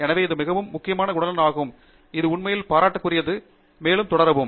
எனவே இது மிகவும் முக்கியமான குணநலன் ஆகும் இது உண்மையில் பாராட்டுக்குரியது மேலும் தொடரவும்